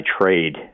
trade